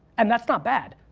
and that's not bad.